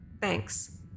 thanks